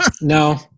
No